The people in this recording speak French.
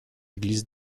église